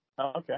Okay